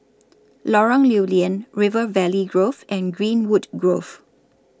Lorong Lew Lian River Valley Grove and Greenwood Grove